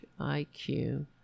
iq